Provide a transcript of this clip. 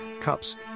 cups